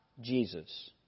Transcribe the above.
Jesus